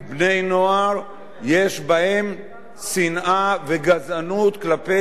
יש בהם שנאה וגזענות כפי קבוצות אחרות,